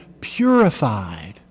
purified